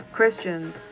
Christians